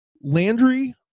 Landry